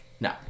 No